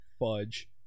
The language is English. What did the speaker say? fudge